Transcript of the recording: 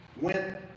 went